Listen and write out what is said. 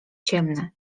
ciemne